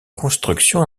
constructions